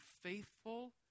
faithful